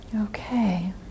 okay